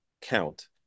count